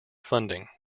funding